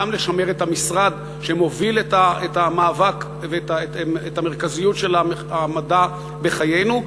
גם לשמר את המשרד שמוביל את המאבק ואת המרכזיות של המדע בחיינו,